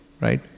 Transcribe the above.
right